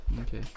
Okay